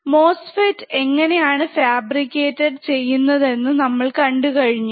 MOSFET എങ്ങനെയാണ് fabricated ചെയ്യുന്നതെന്ന് നമ്മൾ കണ്ടു കഴിഞ്ഞു